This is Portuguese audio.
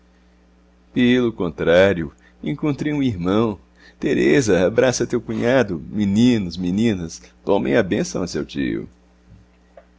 pelo contrário encontrei um irmão teresa abraça teu cunhado meninos meninas tomem a bênção a seu tio